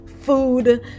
food